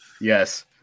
Yes